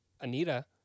Anita